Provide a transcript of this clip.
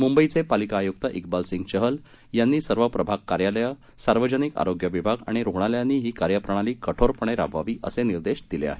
मुंबईचे पालिका आयुक्त किबाल सिंग चहल यांनी सर्व प्रभाग कार्यालय सार्वजनिक आरोग्य विभाग आणि रुग्णालयांनी ही कार्यप्रणाली कठोरपणे राबवावी असे निर्देश दिले आहेत